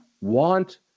want